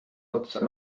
otsa